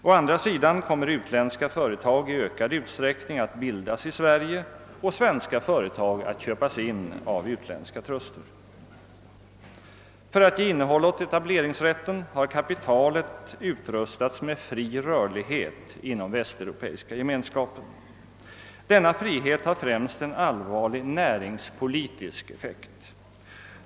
Å andra sidan kommer utländska företag i ökande utsträckning att bildas i Sverige och svenska företag att köpas in av utländska truster. För att ge innehåll åt etableringsrätten har kapitalet utrustats med fri rörlighet inom Västeuropeiska gemenskapen. Denna frihet har främst en allvarlig näringspolitisk effekt.